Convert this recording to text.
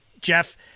Jeff